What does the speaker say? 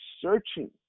searching